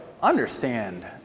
understand